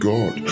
God